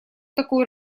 такой